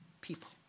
people